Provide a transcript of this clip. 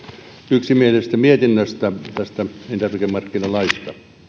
yksimielisestä mietinnöstä tästä elintarvikemarkkinalaista